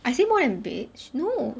I say more than bitch no